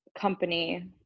company